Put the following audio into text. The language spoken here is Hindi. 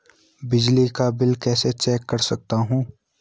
बिजली का बिल कैसे चेक कर सकता हूँ?